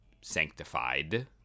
sanctified